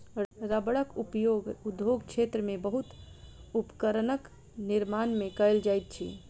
रबड़क उपयोग उद्योग क्षेत्र में बहुत उपकरणक निर्माण में कयल जाइत अछि